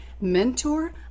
mentor